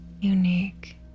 unique